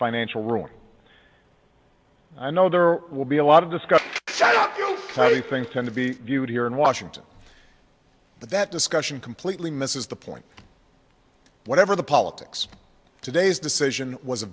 financial ruin i know there will be a lot of discussion things going to be viewed here in washington but that discussion completely misses the point whatever the politics today's decision was a